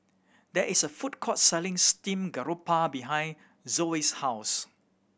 there is a food court selling steamed garoupa behind Zoie's house